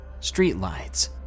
streetlights